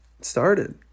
started